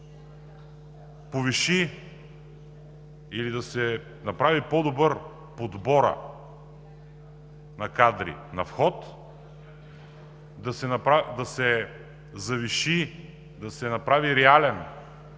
да се повиши или да се направи по-добър подборът на кадри на вход, да се завиши, да се направи реален